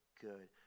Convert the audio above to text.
good